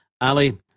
Ali